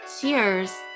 Cheers